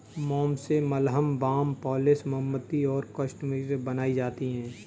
मोम से मलहम, बाम, पॉलिश, मोमबत्ती और कॉस्मेटिक्स बनाई जाती है